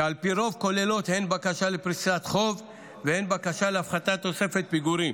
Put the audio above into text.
שעל פי רוב כוללות הן בקשה לפריסת חוב והן בקשה להפחתת תוספת פיגורים,